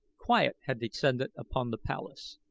quiet had descended upon the palace.